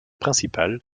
principale